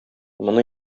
моны